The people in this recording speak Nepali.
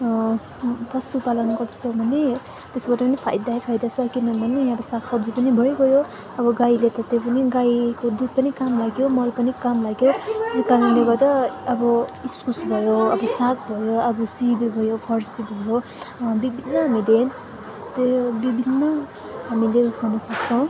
पशुपालन गरेको छ भने त्यसबाट पनि फाइदै फाइदा छ किनभने अब सागसब्जी पनि भइगयो अब गाईलाई त त्यो पनि गाईको दुध पनि काम लाग्यो मल पनि काम लाग्यो त्यही कारणले गर्दा अब इस्कुस भयो अब साग भयो अब सिबी भयो फर्सी भयो विभिन्न त्यसले विभिन्न हामीले सक्छौँ